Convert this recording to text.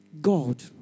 God